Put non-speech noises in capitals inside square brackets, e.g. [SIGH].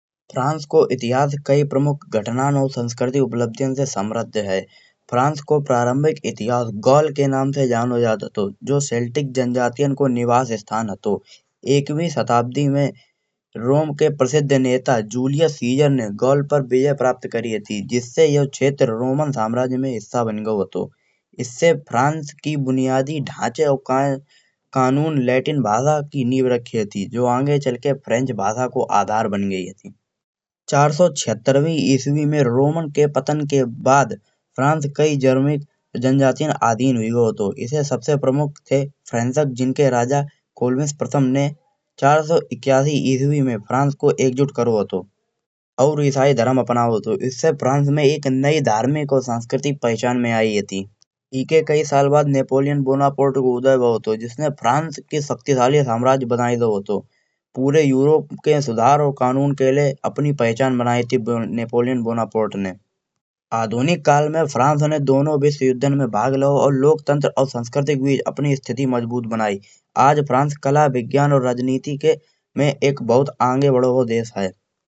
फ़्रांस को इतिहास कई प्रमुख घटनाओं और सांस्कृतिक उपलब्धियों से समृद्ध है। फ़्रांस को प्रारंभिक इतिहास गॉल के नाम से जानो जात हतो जो शैल्टिक जनजातियों को निवास स्थान हतो। इक्कीसवीं शताब्दी में रोम के प्रसिद्ध नेता जूलियट सीजर ने गॉल पर विजय प्राप्त करी हती। जिससे यो क्षेत्र रोमन साम्राज्य में हिस्सा बन गया हतो इससे फ्रांस की बुनियादी ढांचे और [HESITATION] क़ानून लैटिन भाषा की नींव रखी हती। जिससे आगे चलके फ्रेंच भाषा को आधार बन गई हती। चार सौ छिहत्तरवीं ईस्वी में रोमन के पतन के बाद फ्रांस कई [HESITATION] जनजातियाँ अधीन होये गाओ हतो। इसे सबसे प्रमुख थे फ़्रैन्क्स जिनके राजा कोल्विस प्रथम ने चार सौ इक्यासी ईस्वी में फ्रांस को एकजुट करो हतो। और ईसाई धर्म अपनाओ हतो जिससे फ्रांस में एक नई धार्मिक और सांस्कृतिक पहचान में आई हती। इके कई साल बाद नेपोलियन बोनापार्ट को उदय भाव हतो जिसने फ्रांस के शक्तिशाली साम्राज्य बनाये दाओ हतो। पूरे यूरोप के सुधार और क़ानून के लिए अपनी पहचान बनाई हती नेपोलियन बोनापार्ट ने। आधुनिक काल में फ्रांस ने दोनों विश्वयुद्धों में भाग लाओ और लोकतंत्र और सांस्कृतिक भी अपनी स्थिति मजबूत बनाई। आज फ्रांस कला, विज्ञान और राजनीति में बहुत आगे बढ़ो भाई देश है।